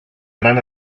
gran